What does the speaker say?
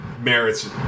merits